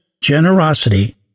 generosity